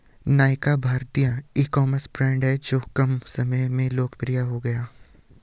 नायका भारतीय ecommerce brand हैं जो कम समय में लोकप्रिय हो गया